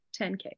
10K